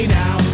now